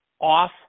off